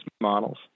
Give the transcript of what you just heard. models